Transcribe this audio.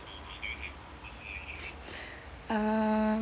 err